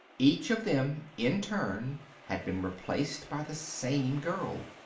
each of them in turn had been replaced by the same girl.